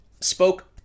spoke